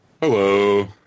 Hello